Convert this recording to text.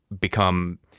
become